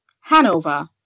Hanover